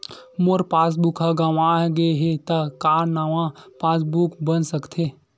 मोर passbook ह गंवा गे हे त का नवा पास बुक बन सकथे?